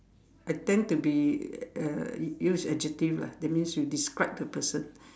I tend to be uh use adjective lah that means you describe the person